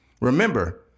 Remember